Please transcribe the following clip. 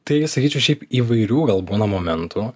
taigi sakyčiau šiaip įvairių gal būna momentų